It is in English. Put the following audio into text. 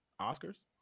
Oscars